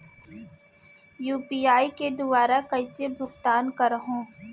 UPI के दुवारा कइसे भुगतान करहों?